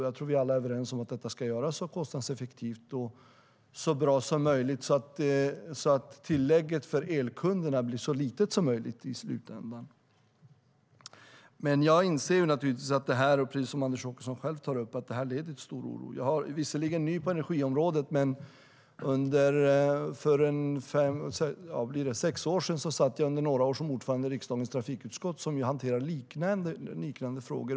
Jag tror att vi alla är överens om att detta ska göras så kostnadseffektivt och så bra som möjligt, så att tillägget för elkunderna i slutändan blir så litet som möjligt. Men jag inser naturligtvis - precis som Anders Åkesson tog upp - att detta leder till stor oro. Jag är visserligen ny på energiområdet, men för sex år sedan satt jag under några år som ordförande i riksdagens trafikutskott, som ju hanterar liknande frågor.